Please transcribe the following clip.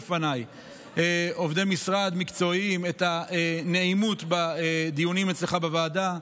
עובדי משרד מקצועיים מציינים בפניי את הנעימות בדיונים אצלך בוועדה,